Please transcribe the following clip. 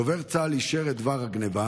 דובר צה"ל אישר את דבר הגנבה.